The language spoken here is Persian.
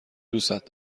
دوستت